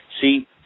See